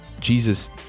Jesus